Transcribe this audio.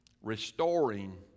restoring